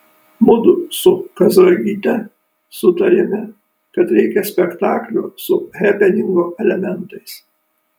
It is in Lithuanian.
mudu su kazragyte sutarėme kad reikia spektaklio su hepeningo elementais